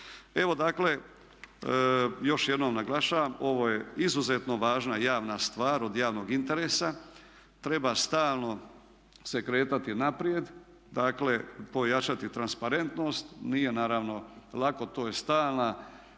Evo dakle, još jednom naglašavam ovo je izuzetno važna javna stvar od javnog interesa. Treba stalno se kretati naprijed, dakle pojačati transparentnost, nije naravno lako. To je stalna